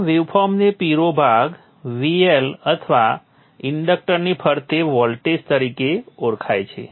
આમ વેવફોર્મનો પીળો ભાગ VL અથવા ઇન્ડક્ટરની ફરતે વોલ્ટેજ તરીકે ઓળખાય છે